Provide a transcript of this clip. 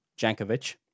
Jankovic